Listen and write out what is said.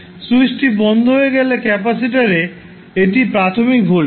স্যুইচটি বন্ধ হয়ে গেলে ক্যাপাসিটর এ এটি প্রাথমিক ভোল্টেজ